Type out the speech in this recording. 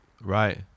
right